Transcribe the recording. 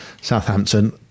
Southampton